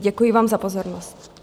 Děkuji vám za pozornost.